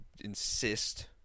insist